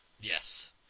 Yes